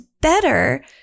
better